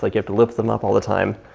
like get to lift them up all the time.